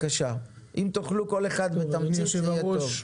אם תוכלו בתמצית, זה יהיה טוב.